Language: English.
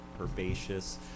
herbaceous